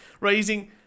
raising